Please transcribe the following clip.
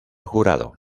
jurado